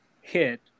hit